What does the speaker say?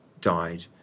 died